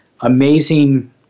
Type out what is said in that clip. amazing